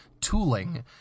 tooling